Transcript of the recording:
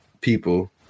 people